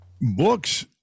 books